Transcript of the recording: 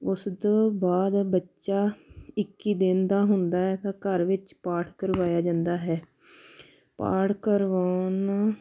ਉਸ ਤੋਂ ਬਾਅਦ ਬੱਚਾ ਇੱਕੀ ਦਿਨ ਦਾ ਹੁੰਦਾ ਹੈ ਤਾਂ ਘਰ ਵਿੱਚ ਪਾਠ ਕਰਵਾਇਆ ਜਾਂਦਾ ਹੈ ਪਾਠ ਕਰਵਾਉਣ